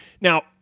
Now